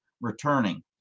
returning